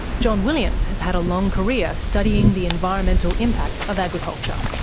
john williams has had a long career studying the environmental impact of agriculture.